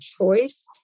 choice